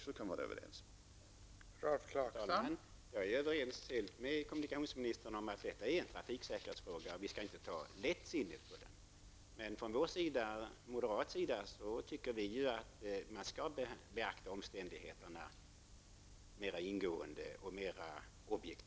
Fru talman! Jag är helt överens med kommunikationsministern om att detta är en trafiksäkerhetsfråga, som vi inte skall ta lättsinnigt på. Men på moderat håll tycker vi att man bör beakta omständigheterna mer objektivt och ingående.